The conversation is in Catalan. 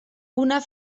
una